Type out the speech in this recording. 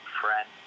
friend